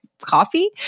coffee